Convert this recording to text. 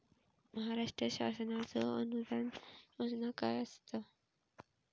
महाराष्ट्र शासनाचो अनुदान योजना काय आसत?